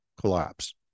collapse